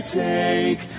take